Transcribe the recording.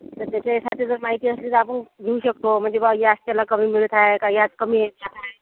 सध्याचे एखादी जर माहिती असली तर आपण घेऊ शकतो म्हणजे बुवा व्याज त्याला कमी मिळतं आहे का व्याज कमी आहे ज्यादा आहे